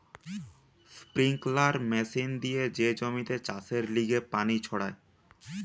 sprinkler machine দিয়ে যে জমিতে চাষের লিগে পানি ছড়ায়